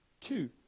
Two